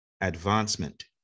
advancement